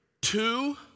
two